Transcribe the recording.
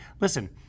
listen